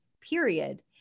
period